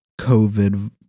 COVID